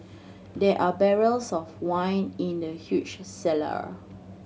there are barrels of wine in the huge cellar